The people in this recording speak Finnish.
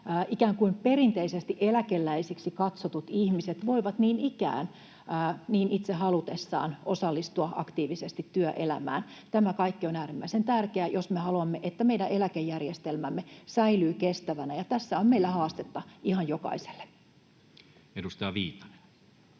ikään kuin perinteisesti eläkeläisiksi katsotut ihmiset voivat niin ikään itse niin halutessaan osallistua aktiivisesti työelämään. Tämä kaikki on äärimmäisen tärkeää, jos me haluamme, että meidän eläkejärjestelmämme säilyy kestävänä. Tässä on meillä haastetta ihan jokaiselle. Edustaja Viitanen.